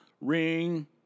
Ring